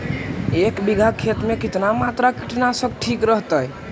एक बीघा खेत में कितना मात्रा कीटनाशक के ठिक रहतय?